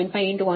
0075 0